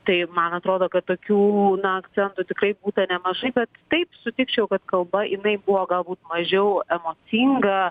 tai ir man atrodo kad tokių na akcentų tikrai būta nemažai bet taip sutikčiau kad kalba jinai buvo galbūt mažiau emocinga